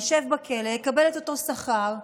אשב בכלא ואקבל את אותו שכר.